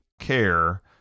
care